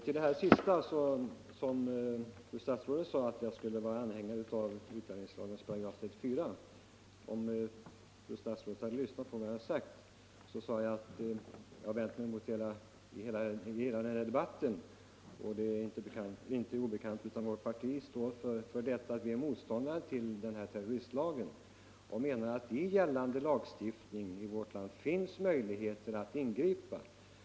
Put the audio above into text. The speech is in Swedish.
Herr talman! Fru statsrådet påstod att jag skulle vara anhängare av utlänningslagens 34 §. Om fru statsrådet hade lyssnat på vad jag sade hade hon upptäckt att jag vände mig mot hela den här debatten. Det är inte obekant att vårt parti är motståndare till terroristlagen. Vi menar att det redan med gällande lagstiftning finns möjligheter att ingripa.